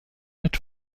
mit